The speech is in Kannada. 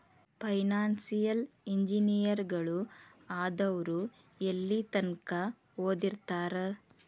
ಫೈನಾನ್ಸಿಯಲ್ ಇಂಜಿನಿಯರಗಳು ಆದವ್ರು ಯೆಲ್ಲಿತಂಕಾ ಓದಿರ್ತಾರ?